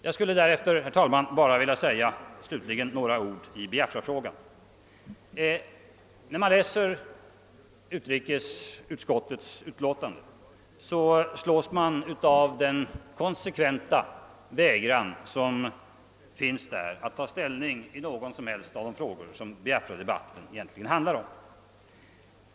Jag skulle därefter, herr talman, bara vilja säga några ord i Biafrafrågan. När man läser utrikesutskottets utlåtande slås man av den konsekventa underlåtenheten att ta ställning i någon enda av de frågor som Biafradebatten egentligen handlar om.